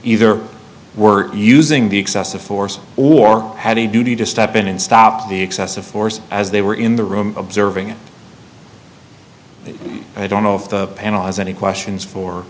either were using the excessive force or had a duty to step in and stop the excessive force as they were in the room observing it i don't know if the panel has any questions for